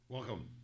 Welcome